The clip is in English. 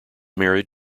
married